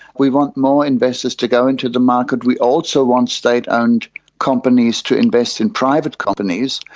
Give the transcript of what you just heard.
we want more investors to go into the market. we also want state owned companies to invest in private companies.